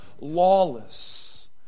lawless